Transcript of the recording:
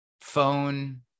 Phone